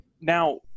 Now